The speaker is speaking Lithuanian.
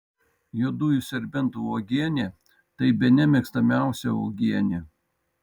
juodųjų serbentų uogienė tai bene mėgstamiausia uogienė